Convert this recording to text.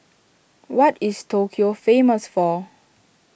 what is Tokyo famous for